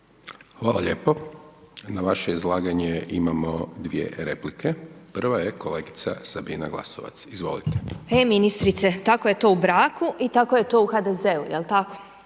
Hvala lijepo. Na vaše izlaganje imamo dvije replike, prva je kolegica Sabina Glasovac, izvolite. **Glasovac, Sabina (SDP)** E ministrice, tako je to u braku i tako je to u HDZ-u, jel tako?